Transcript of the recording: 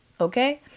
okay